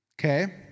Okay